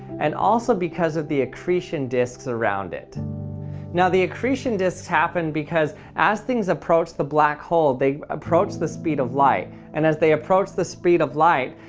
and also because of the accretion disc surrounding it now the accretion disc happens because as things approach the black hole, they approach the speed of light and as they approach the speed of light,